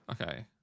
okay